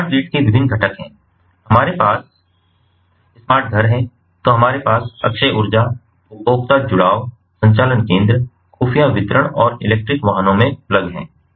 तो smart grid के विभिन्न घटक हैं हमारे पास स्मार्ट घर है तो हमारे पास अक्षय ऊर्जा उपभोक्ता जुड़ाव संचालन केंद्र खुफिया वितरण और इलेक्ट्रिक वाहनों में प्लग है